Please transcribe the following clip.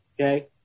okay